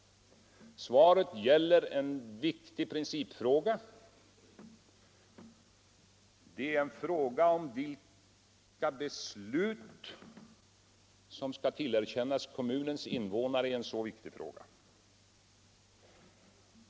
Det gäller här en viktig princip, nämligen vilken beslutanderätt som skall tillerkännas kommunens invånare i en så viktig fråga.